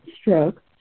stroke